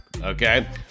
okay